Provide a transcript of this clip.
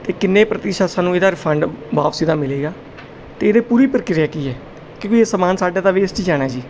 ਅਤੇ ਕਿੰਨੇ ਪ੍ਰਤੀਸ਼ਤ ਸਾਨੂੰ ਇਹਦਾ ਰਿਫੰਡ ਵਾਪਸੀ ਦਾ ਮਿਲੇਗਾ ਅਤੇ ਇਹਦੇ ਪੂਰੀ ਪ੍ਰਕਿਰਿਆ ਕੀ ਹੈ ਕਿਉਂਕਿ ਇਹ ਸਮਾਨ ਸਾਡੇ ਤਾਂ ਵੇਸਟ ਹੀ ਜਾਣਾ ਜੀ